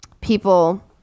people